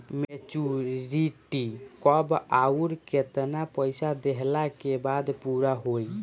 Maturity कब आउर केतना पईसा देहला के बाद पूरा होई?